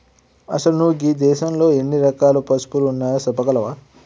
అసలు నువు గీ దేసంలో ఎన్ని రకాల పసువులు ఉన్నాయో సెప్పగలవా